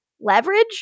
leverage